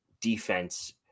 defense